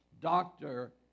doctor